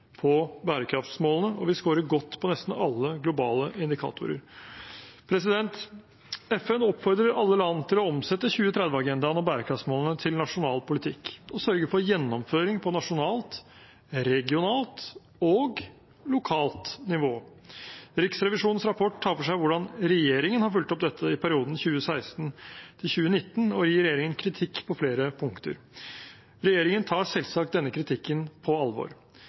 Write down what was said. på bærekraftsmålene, og vi skårer godt på nesten alle globale indikatorer. FN oppfordrer alle land til å omsette 2030-agendaen og bærekraftsmålene til nasjonal politikk og sørge for gjennomføring på nasjonalt, regionalt og lokalt nivå. Riksrevisjonens rapport tar for seg hvordan regjeringen har fulgt opp dette i perioden 2016–2019, og gir regjeringen kritikk på flere punkter. Regjeringen tar selvsagt denne kritikken på alvor,